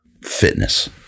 fitness